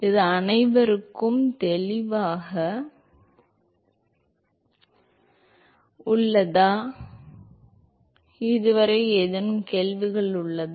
இது அனைவருக்கும் தெளிவாக உள்ளதா இதுவரை ஏதேனும் கேள்விகள் உள்ளதா